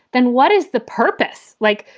then what is the purpose like?